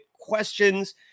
questions